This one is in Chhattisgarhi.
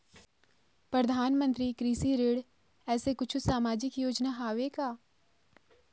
परधानमंतरी कृषि ऋण ऐसे कुछू सामाजिक योजना हावे का?